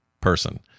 person